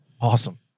Awesome